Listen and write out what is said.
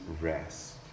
rest